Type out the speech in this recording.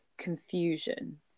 confusion